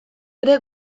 ere